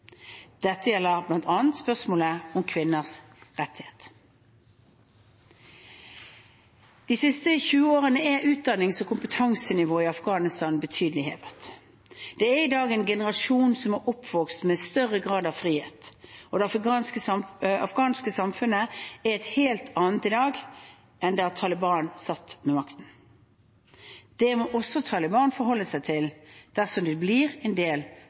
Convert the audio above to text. Dette gjelder bl.a. spørsmålet om kvinners rettigheter. De siste 20 årene er utdannings- og kompetansenivået i Afghanistan betydelig hevet. Det er i dag en generasjon som er oppvokst med større grad av frihet, og det afghanske samfunnet er et helt annet i dag enn da Taliban satt med makten. Dette må også Taliban forholde seg til dersom de blir en del